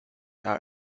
are